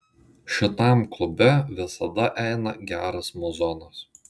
šitam klube visada eina geras muzonas